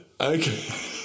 Okay